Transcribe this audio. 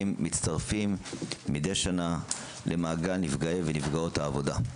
מצטרפים מידי שנה למעגל נפגעי ונפגעות העבודה.